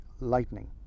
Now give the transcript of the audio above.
lightning